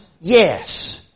yes